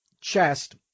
chest